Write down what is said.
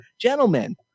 gentlemen